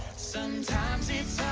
sometimes it's